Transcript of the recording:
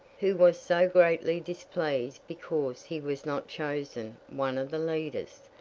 who was so greatly displeased because he was not chosen one of the leaders,